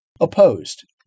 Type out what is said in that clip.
opposed